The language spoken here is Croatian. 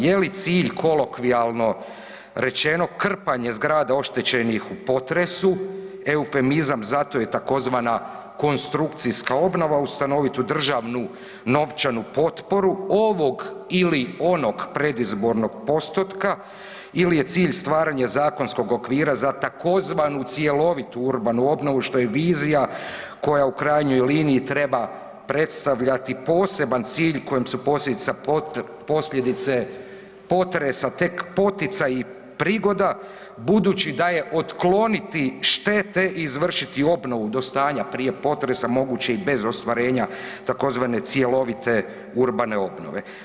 Je li cilj kolokvijalno rečeno, krpanje zgrada oštećenih u potresu, eufemizam za to je tzv. konstrukcijska obnova u stanovitu državnu novčanu potporu ovog ili onog predizbornog postotka ili je cilj stvaranje zakonskog okvira za tzv. cjelovitu urbanu obnovu što je vizija koja u krajnjoj liniji treba predstavljati poseban cilj kojem su posljedice potresa tek poticaji i prigoda budući da je otkloniti štete i izvršiti obnovu do stanja prije potresa moguće i bez ostvarenja tzv. cjelovite urbane obnove.